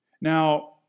Now